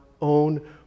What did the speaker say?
own